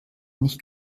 nicht